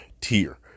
tier